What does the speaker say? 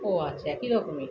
ওহ আচ্ছা একই রকমই